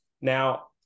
now